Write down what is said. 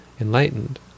enlightened